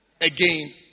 Again